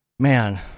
Man